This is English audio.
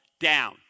down